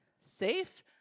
Safe